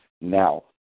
now